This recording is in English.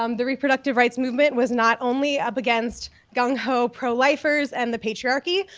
um the reproductive rights movement was not only up against gang ho pro lifers and the patriarchy,